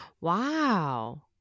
Wow